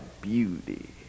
beauty